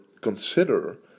consider